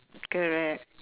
correct